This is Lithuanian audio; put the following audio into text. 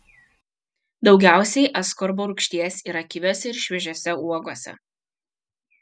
daugiausiai askorbo rūgšties yra kiviuose ir šviežiose uogose